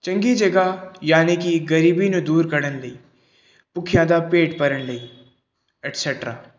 ਚੰਗੀ ਜਗ੍ਹਾ ਯਾਨੀ ਕਿ ਗਰੀਬੀ ਨੂੰ ਦੂਰ ਕਰਨ ਲਈ ਭੁੱਖਿਆਂ ਦਾ ਭੇਟ ਭਰਨ ਲਈ ਐਟ ਸੈਟਰਾ